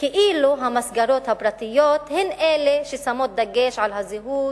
כאילו המסגרות הפרטיות הן ששמות דגש על הזהות